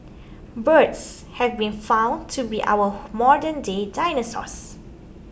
birds have been found to be our modernday dinosaurs